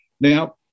Now